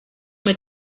were